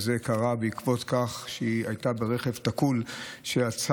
וזה קרה בעקבות כך שהיא הייתה ברכב תקול שעצר